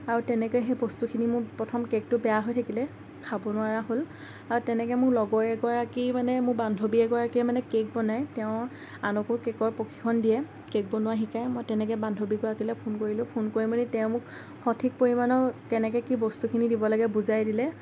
আৰু তেনেকৈয়ে সেই বস্তুখিনি মোৰ প্ৰথম কেকটো বেয়া হৈ থাকিলে খাব নোৱাৰা হ'ল আৰু তেনেকৈ মোৰ লগৰ এগৰাকী মানে মোৰ বান্ধৱী এগৰাকীয়ে মানে কেক বনাই তেওঁ আনকো কেকৰ প্ৰশিক্ষণ দিয়ে কেক বনোৱা শিকাই মই তেনেকৈ বান্ধৱীগৰাকীলৈ ফোন কৰিলোঁ ফোন কৰি মেলি তেওঁ মোক সঠিক পৰিমাণৰ কেনেকৈ কি বস্তুখিনি দিব লাগে বুজাই দিলে